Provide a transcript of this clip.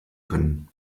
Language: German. können